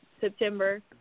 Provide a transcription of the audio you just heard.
September